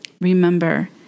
Remember